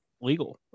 legal